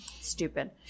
Stupid